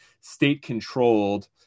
state-controlled